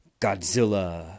Godzilla